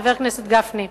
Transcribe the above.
חבר הכנסת גפני,